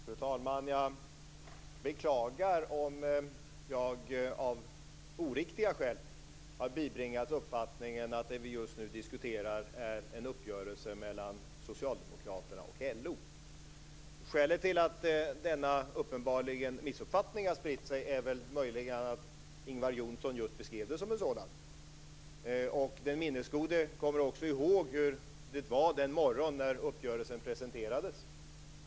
Fru talman! Jag beklagar om jag av oriktiga skäl har bibringats uppfattningen att det vi just nu diskuterar är en uppgörelse mellan Socialdemokraterna och LO. Skälet till att denna missuppfattning, som det uppenbarligen är, har spritt sig är möjligen att Ingvar Johnsson just beskrev det som en sådan. Den minnesgode kommer också ihåg hur det var den morgon när uppgörelsen presenterades.